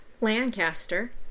Lancaster